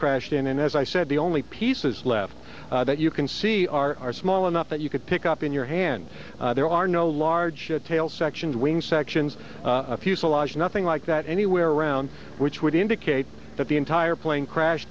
crashed in and as i said the only pieces left that you can see are small enough that you could pick up in your hand there are no large tail sections wing sections fuselage nothing like that anywhere around which would indicate that the entire plane crashed